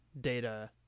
data